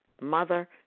mother